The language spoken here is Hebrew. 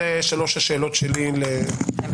אלה שלוש השאלות שלי להתמקדות.